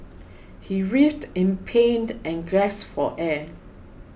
he writhed in pained and gasped for air